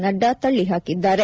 ನಡ್ಡಾ ತಳ್ಳಿ ಹಾಕಿದ್ದಾರೆ